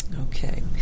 Okay